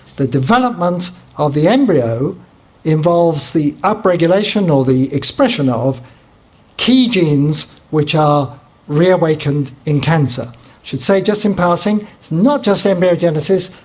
the development of the embryo involves the up-regulation or the expression of key genes which are reawakened in cancer. i should say just in passing, it's not just embryogenesis,